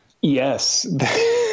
Yes